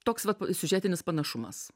toks vat siužetinis panašumas